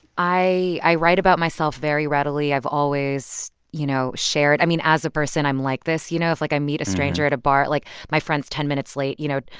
i i write about myself very readily. i've always, you know, shared i mean, as a person, i'm like this. you know, if, like, i meet a stranger at a bar like, my friends ten minutes late. you know,